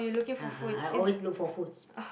a'ah I always look for food